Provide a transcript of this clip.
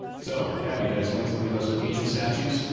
so catty, that is going to leave us with ancient statues,